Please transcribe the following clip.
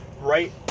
right